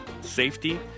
safety